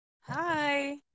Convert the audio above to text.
Hi